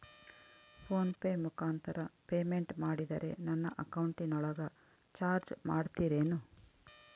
Phone pay ಮುಖಾಂತರ payment ಮಾಡಿದರೆ ನನ್ನ ಅಕೌಂಟಿನೊಳಗ ಚಾರ್ಜ್ ಮಾಡ್ತಿರೇನು?